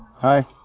Hi